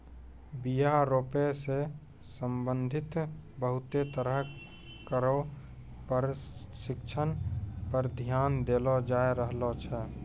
बीया रोपै सें संबंधित बहुते तरह केरो परशिक्षण पर ध्यान देलो जाय रहलो छै